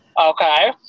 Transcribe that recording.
Okay